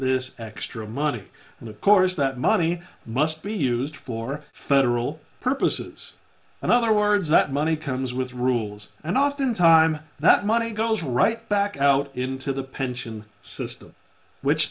this extra money and of course that money must be used for federal purposes in other words that money comes with rules and often times that money goes right back out into the pension system which